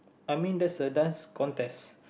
I mean that's a Dance Contest